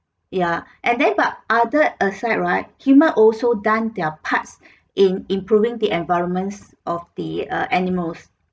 ya and then but other aside right human also done their parts in improving the environments of the err animals